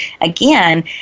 again